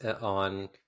on